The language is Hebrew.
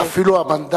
בוודאי, אפילו המנדט,